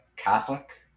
Catholic